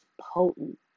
potent